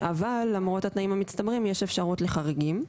אבל למרות התנאים המצטברים יש אפשרות לחריגים.